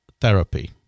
therapy